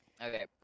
Okay